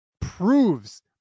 proves